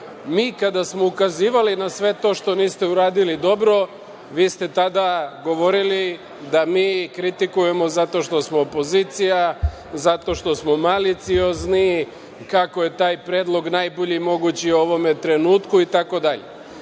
smo ukazivali na sve to što niste uradili dobro, vi ste tada govorili da mi kritikujemo zato što smo opozicija, zato što smo maliciozni, kako je taj predlog najbolji mogući u ovom trenutku